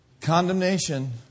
Condemnation